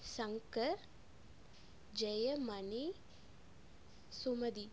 Shankar Jayamani Sumathi